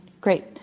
Great